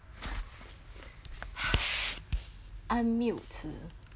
unmute